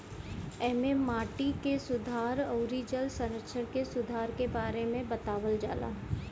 एमे माटी के सुधार अउरी जल संरक्षण के सुधार के बारे में बतावल जाला